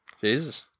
Jesus